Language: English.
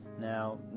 Now